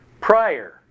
prior